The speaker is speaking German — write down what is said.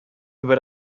über